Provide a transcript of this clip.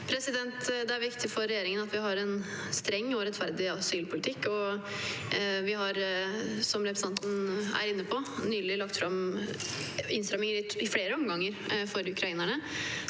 Det er viktig for re- gjeringen at vi har en streng og rettferdig asylpolitikk. Som representanten er inne på, har vi nylig lagt fram innstramminger i flere omganger for ukrainerne,